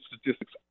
statistics